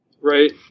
right